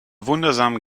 wundersamen